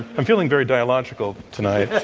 i'm feeling very dialogical tonight.